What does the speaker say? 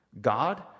God